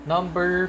Number